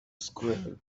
squirrel